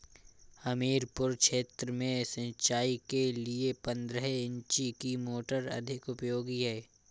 हमीरपुर क्षेत्र में सिंचाई के लिए पंद्रह इंची की मोटर अधिक उपयोगी है?